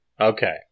Okay